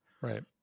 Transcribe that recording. Right